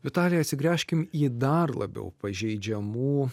vitalija atsigręžkim į dar labiau pažeidžiamų